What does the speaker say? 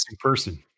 person